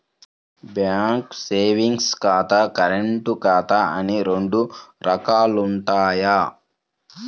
bank savings ఖాతా, current ఖాతా అని రెండు రకాలుంటయ్యి